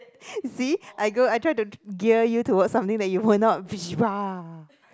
see I go I try to gear you towards something that you will not